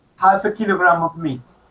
half a kilogram of meat